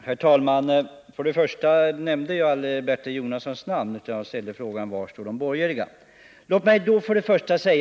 Herr talman! Jag nämnde aldrig Bertil Jonassons namn, utan jag ställde frågan: Var står de borgerliga? Jag är förvånad över hans inhopp i denna Nr 49 del.